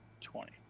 twenty